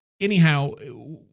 anyhow